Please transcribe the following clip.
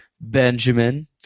Benjamin